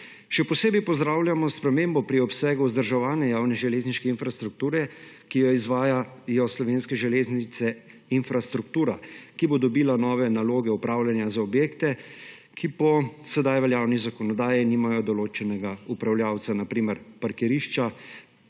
Še posebej pozdravljamo spremembo pri obsegu vzdrževanja javne železniške infrastrukture, ki ga izvajajo Slovenske železnice - Infrastruktura, ki bo dobila nove naloge upravljanja za objekte, ki po sedaj veljavni zakonodaji nimajo določenega upravljavca; na primer, parkirišča,